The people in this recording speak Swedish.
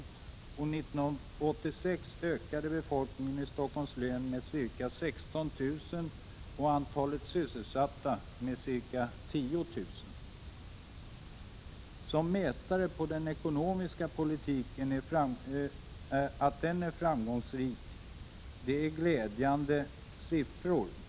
År 1986 ökade befolkningen i Stockholms län med ca 16 000 och antalet sysselsatta med ca 10 000. Som mätare på att den ekonomiska politiken är framgångsrik är detta glädjande siffror.